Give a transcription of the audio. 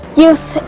youth